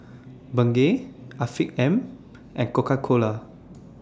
Bengay Afiq M and Coca Cola